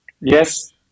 Yes